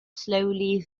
slowly